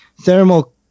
Thermal